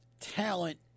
talent